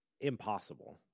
impossible